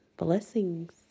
Blessings